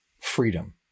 freedom